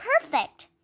perfect